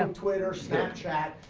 um twitter, snapchat.